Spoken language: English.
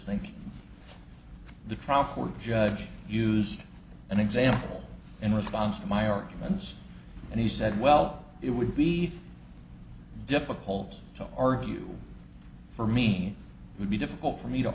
thinking of the trial court judge used an example in response to my arguments and he said well it would be difficult to argue for mean it would be difficult for me to